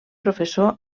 professor